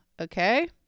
Okay